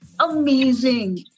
amazing